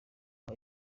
aba